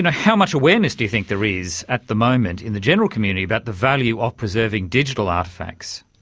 and how much awareness do you think there is at the moment in the general community about the value of preserving digital artefacts?